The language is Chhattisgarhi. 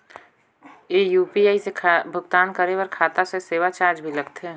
ये यू.पी.आई से भुगतान करे पर खाता से सेवा चार्ज भी लगथे?